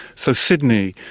so sydney,